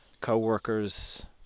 co-workers